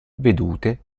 vedute